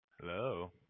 Hello